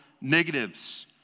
negatives